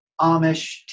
Amish